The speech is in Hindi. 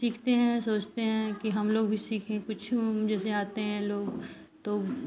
सीखते हैं सोचते हैं कि हम लोग भी सीखें कुछ जैसे आते हैं लोग तो